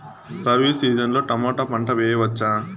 Rabi season లో tomato పంట వేయవచ్చా?